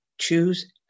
Choose